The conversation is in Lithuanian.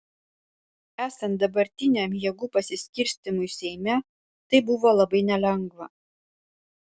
esant dabartiniam jėgų pasiskirstymui seime tai buvo labai nelengva